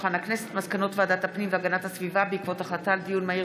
מסקנות ועדת הפנים והגנת הסביבה בעקבות דיון מהיר